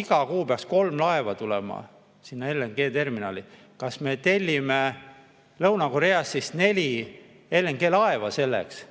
Iga kuu peaks kolm laeva tulema sinna LNG terminali. Kas me tellime Lõuna-Koreast siis neli LNG laeva selleks